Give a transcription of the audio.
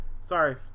Sorry